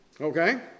Okay